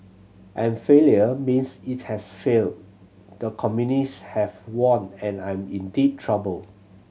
and failure means it has failed the communist have won and I'm in deep trouble